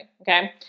okay